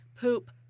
poop